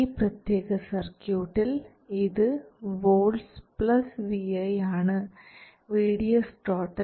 ഈ പ്രത്യേക സർക്യൂട്ടിൽ ഇതു volts vi ആണ്